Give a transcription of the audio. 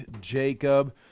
Jacob